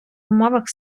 умовах